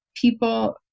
people